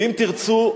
ואם תרצו,